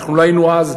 אנחנו לא היינו אז,